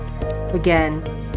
Again